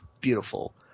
beautiful